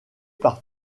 par